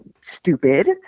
stupid